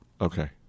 Okay